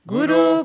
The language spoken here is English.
Guru